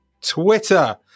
twitter